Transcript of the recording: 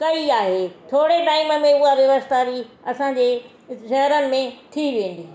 कई आहे थोरे टाइम में उहा व्यवस्था बि असांजे शहर में थी वेंदी